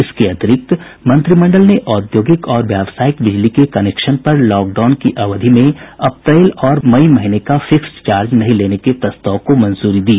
इसके अतिरिक्त मंत्रिमंडल ने औद्योगिक और व्यावसायिक बिजली के कनेक्शन पर लॉकडाउन की अवधि में अप्रैल और मई महीने का फिक्स्ड चार्ज नहीं लेने के प्रस्ताव को भी मंजूरी दी